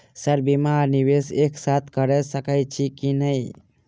Sir बीमा आ निवेश एक साथ करऽ सकै छी की न ई?